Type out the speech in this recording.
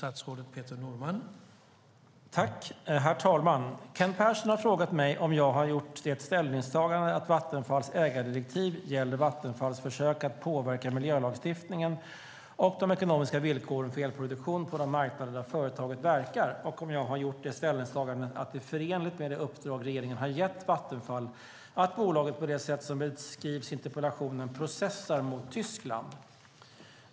Herr talman! Kent Persson har frågat mig om jag har gjort ställningstagandet att Vattenfalls ägardirektiv gäller Vattenfalls försök att påverka miljölagstiftningen och de ekonomiska villkoren för elproduktion på de marknader där företaget verkar. Han har också frågat mig om jag har gjort ställningstagandet att det är förenligt med det uppdrag regeringen har gett Vattenfall att bolaget på det sätt som beskrivs i interpellationen processar mot Tyskland.